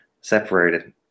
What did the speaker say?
separated